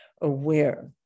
aware